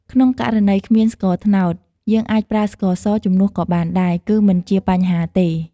ក្នុងករណីគ្មានស្ករត្នោត យើងអាចប្រើស្ករសជំនួសក៏បានដែរ គឺមិនជាបញ្ហាទេ។